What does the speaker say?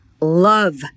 love